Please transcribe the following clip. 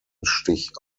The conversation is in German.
stich